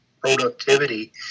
productivity